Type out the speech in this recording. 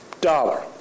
dollar